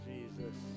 Jesus